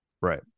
Right